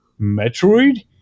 Metroid